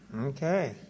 okay